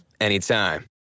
anytime